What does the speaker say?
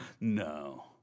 No